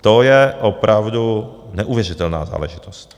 To je opravdu neuvěřitelná záležitost.